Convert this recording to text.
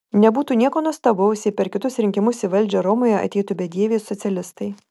nebūtų nieko nuostabaus jei per kitus rinkimus į valdžią romoje ateitų bedieviai socialistai